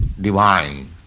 divine